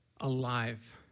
alive